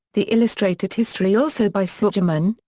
the illustrated history also by sugerman,